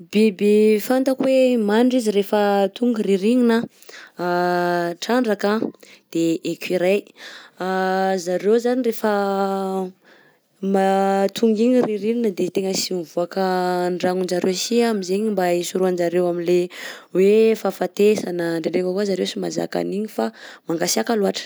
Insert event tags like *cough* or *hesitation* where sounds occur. Biby fantako hoe mandry izy rehefa tonga rirignina anh: *hesitation* trantranka anh, de écureuil. _x000D_ *hesitation* Zareo zany rehefa *hesitation* ma- tonga igny ririnina de tena sy mivoaka an-dragnon-jareo si anh am'zaigny mba hisoroahan-jareo am'lay hoe fahafatesana, ndraindraika koa zareo sy mahazaka an'igny fa mangasiaka loatra.